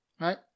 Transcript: Right